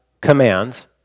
commands